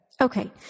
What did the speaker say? Okay